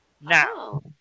Now